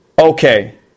Okay